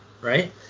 Right